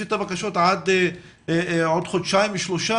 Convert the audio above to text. את הבקשות רק עד עוד חודשיים-שלושה?